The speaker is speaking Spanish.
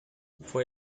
fue